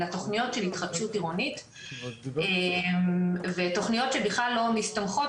אלא תכניות של התחדשות עירונית ותכניות שבכלל לא מסתמכות